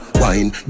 wine